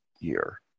year